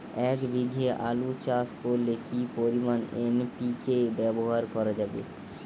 এক বিঘে আলু চাষ করলে কি পরিমাণ এন.পি.কে ব্যবহার করা যাবে?